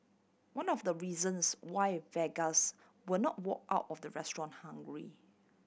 one of the reasons why vegans will not walk out of the restaurant hungry